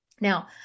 Now